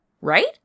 right